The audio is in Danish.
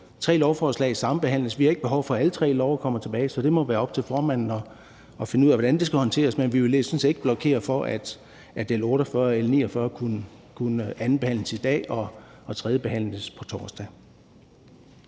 Tre lovforslag sambehandles. Vi har ikke behov for, at alle tre love kommer tilbage, så det må være op til formanden at finde ud af, hvordan det skal håndteres, men vi vil sådan set ikke blokere for, at L 48 og L 49 kunne andenbehandles i dag og tredjebehandles på torsdag.